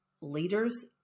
leaders